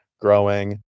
growing